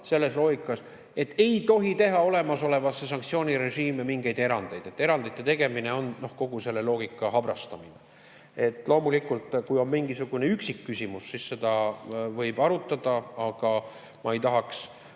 selles loogikas, et ei tohi teha olemasolevasse sanktsioonirežiimi mingeid erandeid. Erandite tegemine on kogu selle loogika habrastamine. Loomulikult, kui on mingisugune üksikküsimus, siis seda võib arutada, aga ma ei tahaks